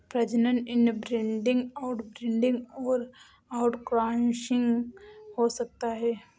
प्रजनन inbreeding, outbreeding और outcrossing हो सकता है